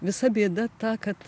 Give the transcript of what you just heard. visa bėda ta kad